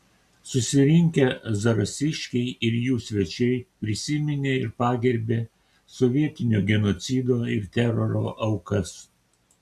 susirinkę zarasiškiai ir jų svečiai prisiminė ir pagerbė sovietinio genocido ir teroro aukas